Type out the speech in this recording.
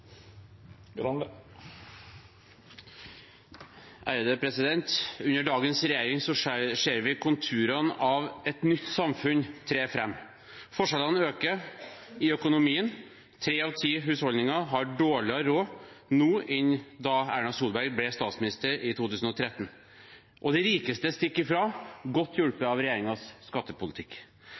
Under dagens regjering ser vi konturene av et nytt samfunn tre fram: Forskjellene i økonomi øker, tre av ti husholdninger har dårligere råd nå enn da Erna Solberg ble statsminister i 2013, og de rikeste stikker fra, godt hjulpet av regjeringens skattepolitikk.